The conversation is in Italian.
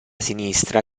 sinistra